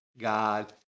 God